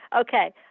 okay